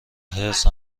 حرص